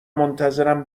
منتظرم